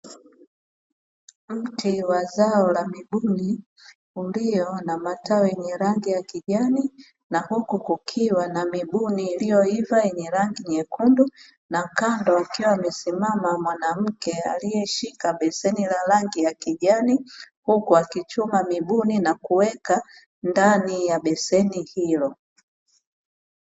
Mti wa zao la mibuni ulio na matawi yenye rangi ya kijani, na huku kukiwa na mibuni iliyoiva yenye rangi nyekundu, na kando akiwa amesimama mwanamke alieshika beseni la rangi ya kijani, huku akichuma mibuni na kuweka ndani ya beseni hilo.